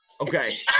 okay